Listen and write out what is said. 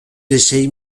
essaye